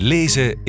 Lezen